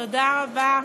תודה רבה.